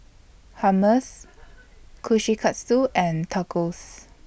Hummus Kushikatsu and Tacos